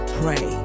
pray